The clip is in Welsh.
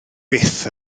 byth